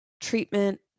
treatment